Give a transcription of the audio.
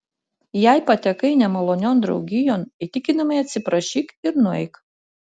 jei patekai nemalonion draugijon įtikinamai atsiprašyk ir nueik